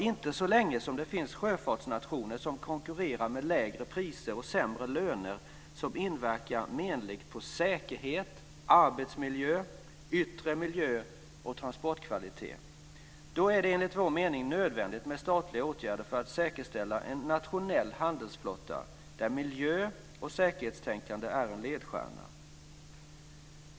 Inte så länge det finns sjöfartsnationer som konkurrerar med lägre priser och sämre löner som inverkar menligt på säkerhet, arbetsmiljö, yttre miljö och transportkvalitet. Då är det enligt vår mening nödvändigt med statliga åtgärder för att säkerställa en nationell handelsflotta, där miljö och säkerhetstänkande är en ledstjärna.